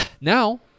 Now